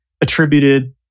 attributed